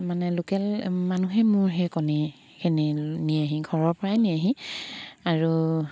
মানে লোকেল মানুহে মোৰ সেই কণীখিনি নিয়েহি ঘৰৰ পৰাই নিয়েহি আৰু